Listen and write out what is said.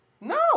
No